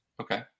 Okay